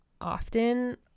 often